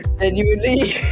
Genuinely